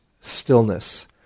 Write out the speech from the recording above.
stillness